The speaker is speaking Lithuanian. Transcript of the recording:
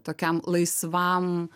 tokiam laisvam